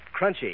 crunchy